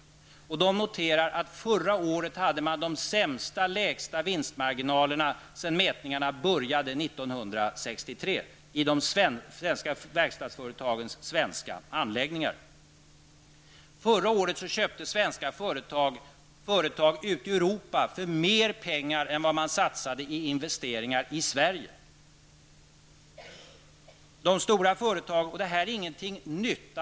Föreningen noterar att förra året hade företagen de sämsta och lägsta vinstmarginalerna i de svenska verkstadsföretagens svenska anläggningar sedan mätningarna började Förra året köpte svenska företag i Europa för mer pengar än vad de satsade i investeringar i Sverige. Detta är inget nytt.